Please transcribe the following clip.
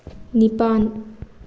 ꯅꯤꯄꯥꯟ